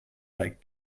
like